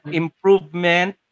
improvement